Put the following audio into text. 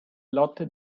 lotte